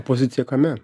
pozicija kame